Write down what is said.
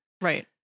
Right